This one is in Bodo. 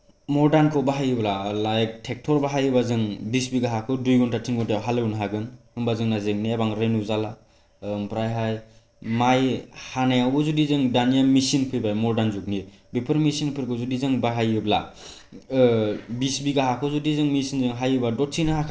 मडार्नखौ बाहायोब्ला लाइक ट्रेक्टर बाहायोब्लाजों बिस बिघा हाखौ दुइ घण्टा थिनि घण्टायाव हाल एवनो हागोन होमबा जोंना जेंनाया बांद्राय नुजाला ओमफ्रायहाय माइ हानायवबो जुदि जों दानिया मेसिन फैबाय मडार्न जुगनि बेफोर मेसिनफोरखौ जुदि जों बाहायोब्ला ओ बिस बिघा हाखौ जुदि जों मेसिनजों हायोब्ला दसेनो हाखांगोन लाइक